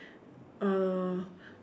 uh